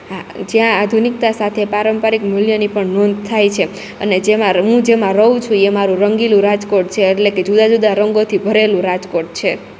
હા જ્યાં આધુનિકતા સાથે પારંપરિક મૂલ્યોની પણ નોંધ થાય છે અને જેમાં હું જેમાં રઉ છું ઈ અમારૂ રંગીલું રાજકોટ છે એટલે કે જુદા જુદા રંગોથી ભરેલું રાજકોટ છે